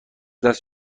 دست